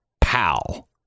pal